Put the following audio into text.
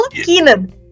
Keenan